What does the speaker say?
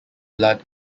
blood